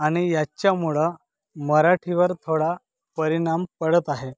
आणि याच्यामुळं मराठीवर थोडा परिणाम पडत आहे